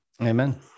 Amen